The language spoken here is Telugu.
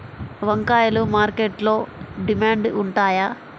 వంకాయలు మార్కెట్లో డిమాండ్ ఉంటాయా?